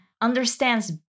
understands